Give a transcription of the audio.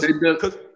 Because-